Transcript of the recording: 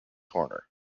horner